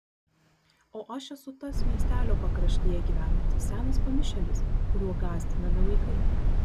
o aš esu tas miestelio pakraštyje gyvenantis senas pamišėlis kuriuo gąsdinami vaikai